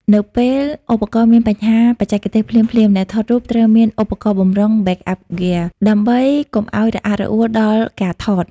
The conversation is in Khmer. នៅពេលឧបករណ៍មានបញ្ហាបច្ចេកទេសភ្លាមៗ អ្នកថតរូបត្រូវមានឧបករណ៍បម្រុង (Backup Gear) ដើម្បីកុំឱ្យរអាក់រអួលដល់ការថត។